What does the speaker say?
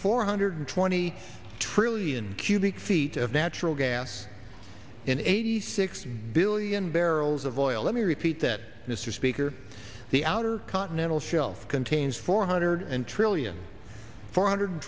hundred twenty trillion cubic feet of natural gas in eighty six billion barrels of oil let me repeat that mr speaker the outer continental shelf contains four hundred trillion four hundred